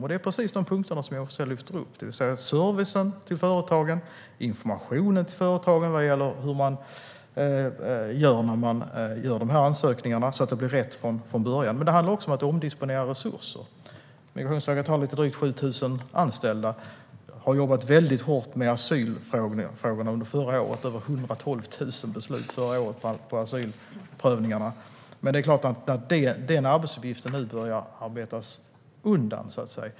Det gäller precis de punkter som Johan Forssell lyfter fram, det vill säga servicen till företagen och informationen till företagen om hur man gör de här ansökningarna så att det blir rätt från början. Men det handlar också om att omdisponera resurser. Migrationsverket har lite drygt 7 000 anställda och jobbade väldigt hårt med asylfrågorna under förra året, med över 112 000 beslut i asylprövningar. Men det är klart att den arbetsuppgiften nu börjar arbetas undan, så att säga.